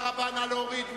סעיף 89,